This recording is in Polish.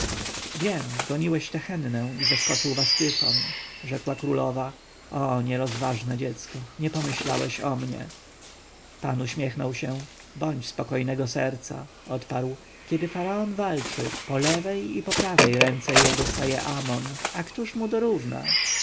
wiem goniłeś tehennę i zaskoczył was tyfon rzekła królowa o nierozważne dziecko nie pomyślałeś o mnie pan uśmiechnął się bądź spokojnego serca odparł kiedy faraon walczy po lewej i po prawej ręce jego staje amon a któż mu dorówna